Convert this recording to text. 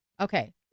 Okay